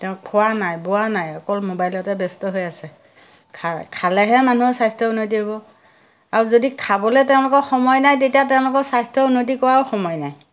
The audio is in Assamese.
তেওঁ খোৱা নাই বোৱা নাই অকল মোবাইলতে ব্যস্ত হৈ আছে খা খালেহে মানুহৰ স্বাস্থ্য উন্নতি হ'ব আৰু যদি খাবলৈ তেওঁলোকৰ সময় নাই তেতিয়া তেওঁলোকৰ স্বাস্থ্য উন্নতি কৰাৰো সময় নাই